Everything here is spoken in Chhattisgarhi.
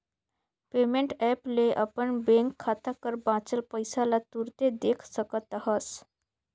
पेमेंट ऐप ले अपन बेंक खाता कर बांचल पइसा ल तुरते देख सकत अहस